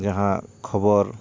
ᱡᱟᱦᱟᱸ ᱠᱷᱚᱵᱚᱨ